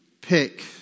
pick